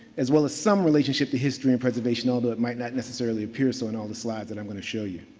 as well as some relationship to history and preservation. although, it might not necessarily appear so in all the slides that i'm going to show you.